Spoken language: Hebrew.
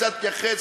קצת מתייחס,